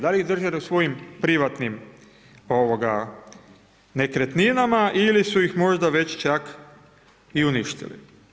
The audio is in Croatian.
Da li ih drže u svojim privatnim nekretninama ili su ih možda već čak i uništili?